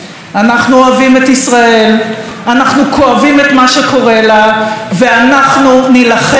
אנחנו כואבים את מה שקורה לה ואנחנו נילחם על המדינה שלנו.